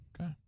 Okay